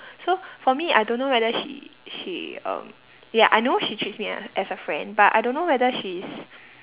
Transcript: so for me I don't know whether she she um ya I know she treats me ah as a friend but I don't know whether she is